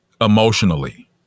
emotionally